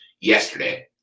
yesterday